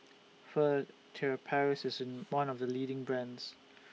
Furtere Paris IS one of The leading brands